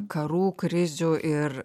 karų krizių ir